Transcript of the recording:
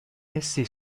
essi